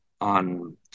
on